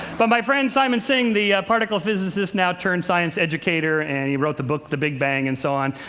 but my friend, simon singh, the particle physicist now turned science educator, and who wrote the book the big bang, and so on,